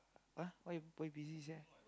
!wah! why you why busy sia